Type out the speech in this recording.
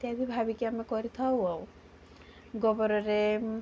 ଭାବିକି ଆମେ କରିଥାଉ ଆଉ ଗୋବରରେ